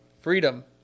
freedom